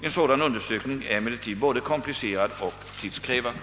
En sådan undersökning är emellertid både komplicerad och tidskrävande.